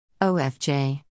OFJ